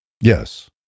Yes